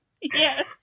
Yes